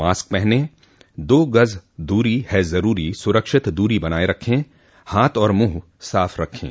mask पहनें दो गज़ दूरी है ज़रूरी सुरक्षित दूरी बनाए रखें हाथ और मुंह साफ़ रखें